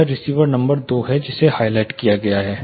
यह receiver number दो है जिसे हाइलाइट किया गया है